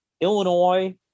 Illinois